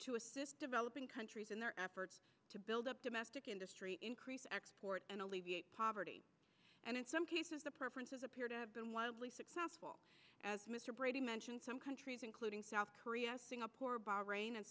to assist developing countries in their efforts to build up domestic industry increase exports and alleviate poverty and in some cases the preferences appear to have been wildly successful as mr brady mentioned some countries including south korea singapore bahrain and